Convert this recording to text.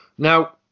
Now